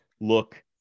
look